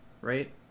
right